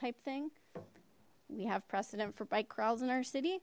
type thing we have precedent for bike crowds in our city